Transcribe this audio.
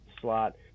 slot